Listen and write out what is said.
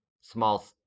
small